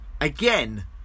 again